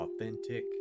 authentic